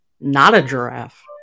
not-a-giraffe